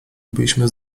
byliśmy